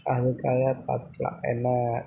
அதுக்காக பார்த்துக்கலாம் என்ன